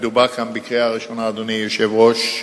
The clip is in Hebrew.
מדובר כאן בקריאה ראשונה, אדוני היושב-ראש.